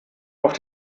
auf